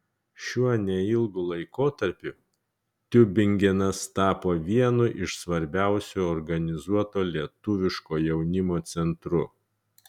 šiuo neilgu laikotarpiu tiubingenas tapo vienu iš svarbiausių organizuoto lietuviško jaunimo centrų